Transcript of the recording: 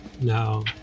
No